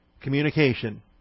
communication